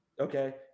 okay